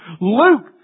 Luke